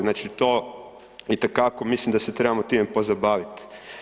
Znači to itekako mislim da se trebamo time pozabaviti.